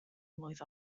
mlwydd